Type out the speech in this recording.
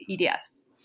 EDS